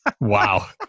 Wow